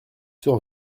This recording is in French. sur